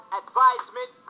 advisement